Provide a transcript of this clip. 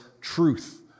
truth